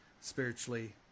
spiritually